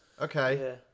Okay